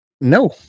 No